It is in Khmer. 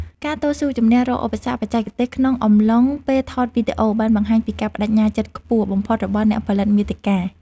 ការតស៊ូជំនះរាល់ឧបសគ្គបច្ចេកទេសក្នុងអំឡុងពេលថតវីដេអូបានបង្ហាញពីការប្តេជ្ញាចិត្តខ្ពស់បំផុតរបស់អ្នកផលិតមាតិកា។